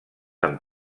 amb